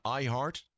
iHeart